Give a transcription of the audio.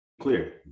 clear